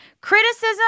criticism